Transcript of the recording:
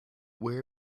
where